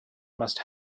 must